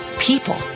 People